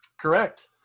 Correct